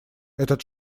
этот